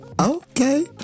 Okay